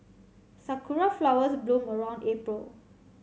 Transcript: sakura flowers bloom around April